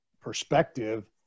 perspective